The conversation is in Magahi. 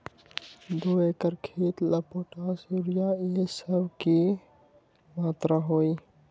दो एकर खेत के ला पोटाश, यूरिया ये सब का मात्रा होई?